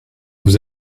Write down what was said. vous